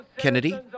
Kennedy